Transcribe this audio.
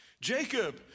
Jacob